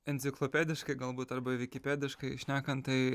enciklopediškai galbūt arba vikipediškai šnekant tai